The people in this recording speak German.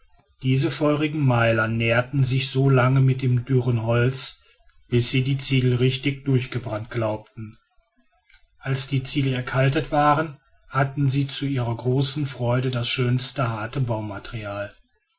diese feurigen meiler nährten sie so lange mit dürrem holz bis sie die ziegel richtig durchgebrannt glaubten als die ziegel erkaltet waren hatten sie zu ihrer großen freude das schönste harte baumaterial